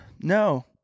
No